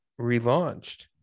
relaunched